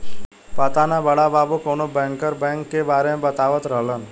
पाता ना बड़ा बाबु कवनो बैंकर बैंक के बारे में बतावत रहलन